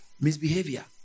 misbehavior